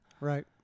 Right